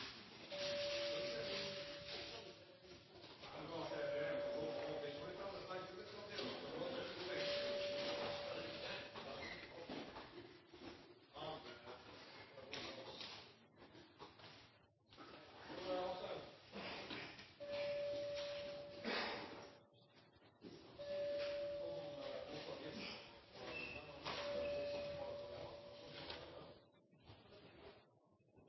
har gjort her i